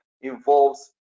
involves